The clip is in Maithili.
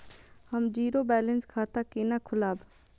हम जीरो बैलेंस खाता केना खोलाब?